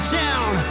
town